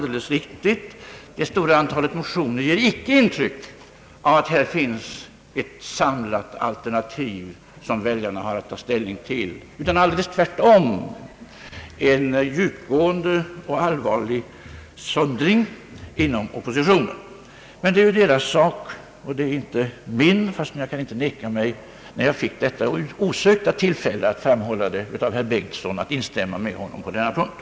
Det stora antalet motioner i år ger dock inte något intryck av att här finns ett samlat alternativ, som väljarna har att ta ställning till, utan visar alldeles tvärtom en djupgående och allvarlig söndring inom oppositionen. Men det är oppositionspartiernas sak och inte min, även om jag inte, när jag av herr Bengtson fick detta osökta tillfälle, kan neka mig att instämma med honom på denna punkt.